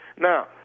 Now